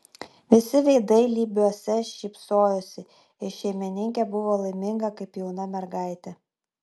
visi veidai lybiuose šypsojosi ir šeimininkė buvo laiminga kaip jauna mergaitė